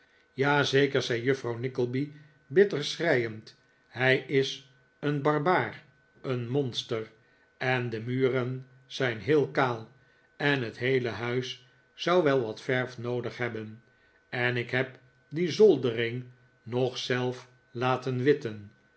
zeker zei juffrouw nickleby bitter schreiend hij is een barbaar een monster en de muren zijn heel kaal en het heele huis zou wel wat verf noodig hebben en ik heb die zoldering nog zelf laten witten